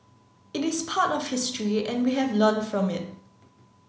it is part of history and we have learned from it